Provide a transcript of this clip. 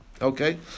Okay